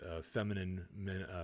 feminine